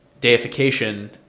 deification